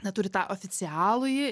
na turit tą oficialųjį